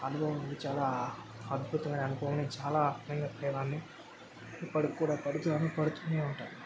అనుభవం ఉంది చాలా అద్భుతమైన అనుకోని చాలా అనుభవించే వాడిని ఇప్పటికి కూడా పడుతున్నాను పడుతూనే ఉంటా